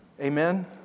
Amen